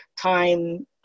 time